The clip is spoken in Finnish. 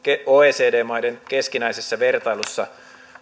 oecd maiden keskinäisessä vertailussa